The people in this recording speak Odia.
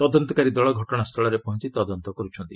ତଦନ୍ତକାରୀ ଦଳ ଘଟଣାସ୍ଥଳରେ ପହଞ୍ଚ ତଦନ୍ତ କରୁଛନ୍ତି